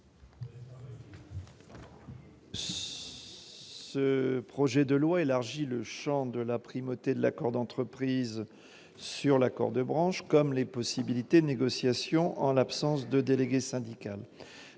Ce projet de loi élargit tant le champ de la primauté de l'accord d'entreprise par rapport à l'accord de branche que les possibilités de négociation en l'absence de délégué syndical.